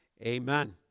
amen